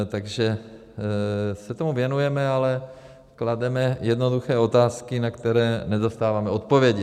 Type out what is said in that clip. Takže se tomu věnujeme, ale klademe jednoduché otázky, na které nedostáváme odpovědi.